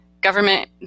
government